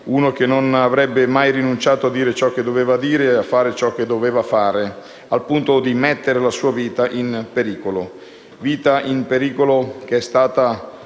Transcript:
Uno che non avrebbe mai rinunciato a ciò che doveva dire e a fare ciò che doveva fare, al punto da mettere la sua vita in pericolo. Vita che è stata